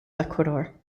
ecuador